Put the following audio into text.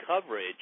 coverage